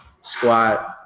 squat